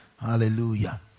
Hallelujah